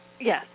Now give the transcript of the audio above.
yes